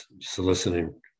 soliciting